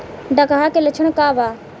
डकहा के लक्षण का वा?